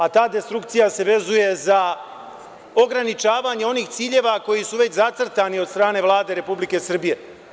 A ta destrukcija se vezuje za ograničavanje onih ciljeva koji su već zacrtani od strane Vlade Republike Srbije.